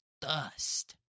dust